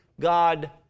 God